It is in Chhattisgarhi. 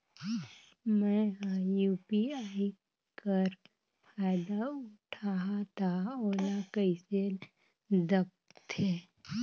मैं ह यू.पी.आई कर फायदा उठाहा ता ओला कइसे दखथे?